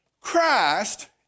Christ